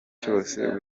cyose